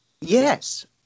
Yes